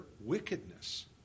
wickedness